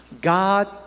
God